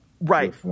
Right